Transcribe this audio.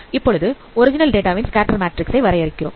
இப்பொழுது ஒரிஜினல் டேட்டாவின் scatter matrix ஐ வரையறுகிறோம்